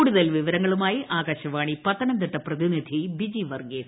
കൂടുതൽ വിവരങ്ങളുമായി ആകാശവാണി പത്തനംതിട്ട പ്രതിനിധി ബിജിവർഗീസ്